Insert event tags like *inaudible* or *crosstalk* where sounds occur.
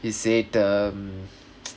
he said um *noise*